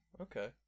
Okay